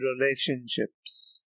relationships